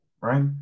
Right